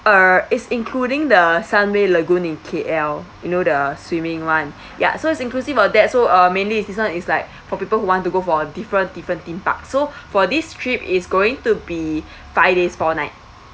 err it's including the sunway lagoon in K_L you know the swimming [one] ya so it's inclusive of that so uh mainly is this [one] is like for people who want to go for a different different theme park so for this trip it's going to be five days four night